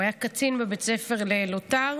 הוא היה קצין בבית ספר ללוט"ר,